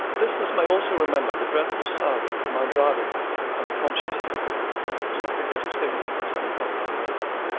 listeners may also remember the dreadful saga of my driving with her unconscious in the back until i could get a signal and summon help by mobile,